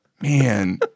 Man